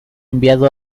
enviado